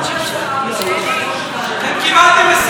קיבלתם 20 מיליון שקל כדי לשתוק.